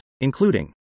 Including